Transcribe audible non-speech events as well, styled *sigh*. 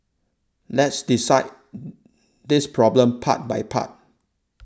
let's dissect *noise* this problem part by part